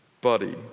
body